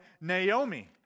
Naomi